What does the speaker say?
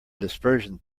dispersion